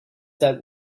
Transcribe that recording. that